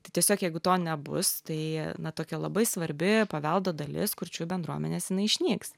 tai tiesiog jeigu to nebus tai na tokia labai svarbi paveldo dalis kurčiųjų bendruomenės jinai išnyks